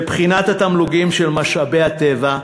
לבחינת התמלוגים של משאבי הטבע,